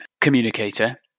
communicator